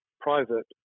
private